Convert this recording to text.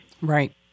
Right